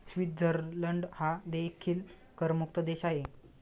Switzerland हा देखील करमुक्त देश आहे